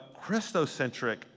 Christocentric